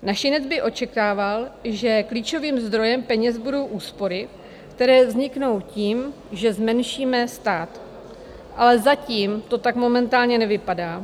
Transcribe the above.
Našinec by očekával, že klíčovým zdrojem peněz budou úspory, které vzniknou tím, že zmenšíme stát, ale zatím to tak momentálně nevypadá.